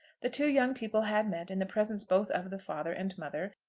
the two young people had met in the presence both of the father and mother,